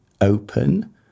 open